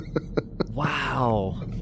Wow